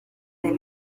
del